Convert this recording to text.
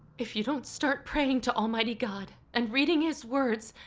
if you don't start praying to almighty god and reading his words,